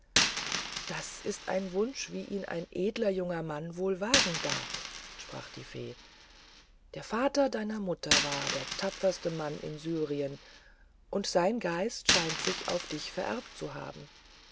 das ist ein wunsch wie ihn ein edler junger mann wohl wagen darf sprach die fee der vater deiner mutter war der tapferste mann in syrien und sein geist scheint sich auf dich vererbt zu haben